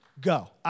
go